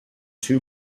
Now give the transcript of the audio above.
two